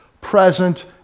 present